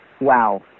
wow